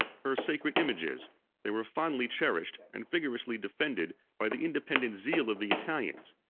her sacred images they were fondly cherished, and vigorously defended, by the independent zeal of the italians.